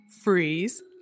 Freeze